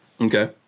Okay